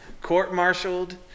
court-martialed